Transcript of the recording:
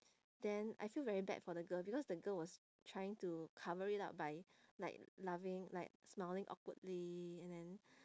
then I feel very bad for the girl because the girl was trying to cover it up by like laughing like smiling awkwardly and then